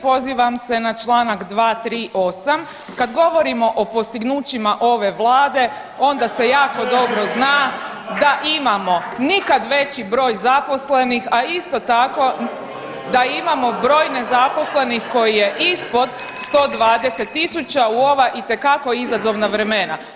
Pozivam se na Članak 238., kad govorimo o postignućima ove vlade onda se jako dobro zna da imamo nikad veći broj zaposlenih, a isto tako da imamo broj nezaposlenih koji je ispod 120.000 u ova itekako izazovna vremena.